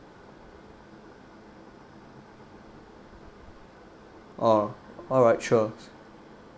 oh alright sure